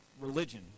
religion